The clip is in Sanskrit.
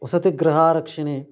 वसति गृहारक्षणे